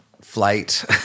flight